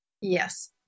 Yes